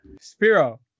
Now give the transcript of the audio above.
Spiro